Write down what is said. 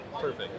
perfect